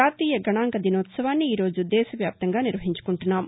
జాతీయ గణాంక దినోత్సవాన్ని ఈరోజు దేశవ్యాప్తంగా నిర్వహించుకుంటున్నాం